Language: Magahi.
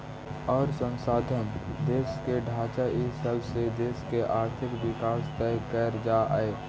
अउर संसाधन, देश के ढांचा इ सब से देश के आर्थिक विकास तय कर जा हइ